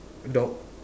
dog